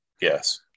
Yes